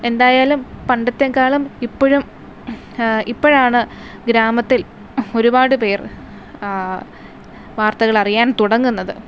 എന്തായാലും പണ്ടത്തെക്കാളും ഇപ്പോഴും ഇപ്പോഴാണ് ഗ്രാമത്തിൽ ഒരുപാട് പേർ വാർത്തകൾ അറിയാൻ തുടങ്ങുന്നത്